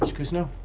but cousineau?